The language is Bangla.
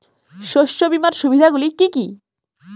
শস্য বিমার সুবিধাগুলি কি কি?